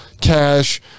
cash